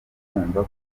kumva